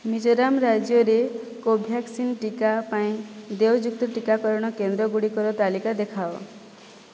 ମିଜୋରାମ ରାଜ୍ୟରେ କୋଭ୍ୟାକ୍ସିନ ଟିକା ପାଇଁ ଦେୟଯୁକ୍ତ ଟିକାକରଣ କେନ୍ଦ୍ର ଗୁଡ଼ିକର ତାଲିକା ଦେଖାଅ